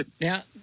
Now